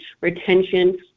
retention